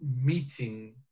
meeting